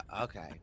okay